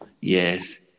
yes